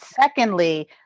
secondly